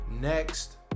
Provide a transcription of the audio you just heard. next